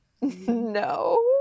No